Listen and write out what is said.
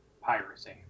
piracy